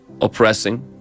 oppressing